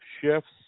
shifts